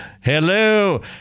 hello